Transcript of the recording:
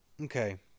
okay